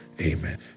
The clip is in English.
Amen